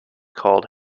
called